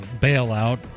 bailout